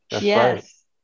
Yes